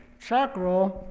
chakra